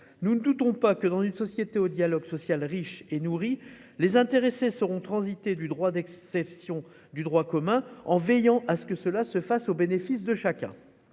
Nous ne doutons pas que, dans une entreprise au dialogue social riche et nourri, les intéressés sauront transiter du droit d'exception au droit commun, en veillant à ce que cela se fasse au bénéfice de chacun.